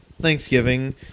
Thanksgiving